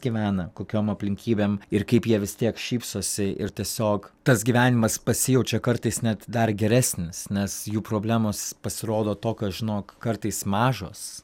gyvena kokiom aplinkybėm ir kaip jie vis tiek šypsosi ir tiesiog tas gyvenimas pasijaučia kartais net dar geresnis nes jų problemos pasirodo tokios žinok kartais mažos